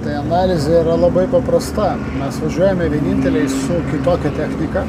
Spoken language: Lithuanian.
tai analizė yra labai paprasta mes važiuojame vieninteliai su kitokia technika